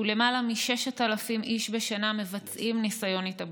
ולמעלה מ-6,000 איש בשנה מבצעים ניסיון התאבדות.